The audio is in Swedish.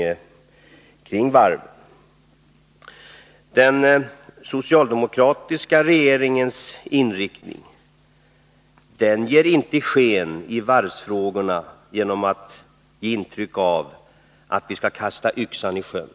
När det gäller den socialdemokratiska regeringens inriktning i varvsfrågorna ger den inte sken av att vi skall kasta yxan i sjön.